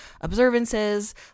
observances